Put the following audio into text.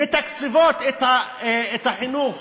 מתקצבות את החינוך